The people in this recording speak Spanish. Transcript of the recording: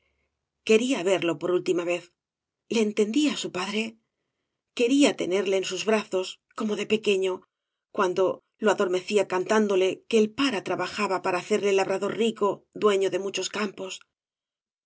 quería verlo por última vez le entendía su padre quería tenerle en sus brazos como da pequeño cuando lo adormecía cantándole que el pare trabajaba para hacerle labrador rico dueño de muchos campos